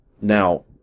Now